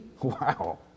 Wow